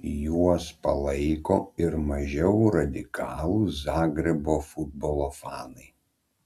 juos palaiko ir mažiau radikalūs zagrebo futbolo fanai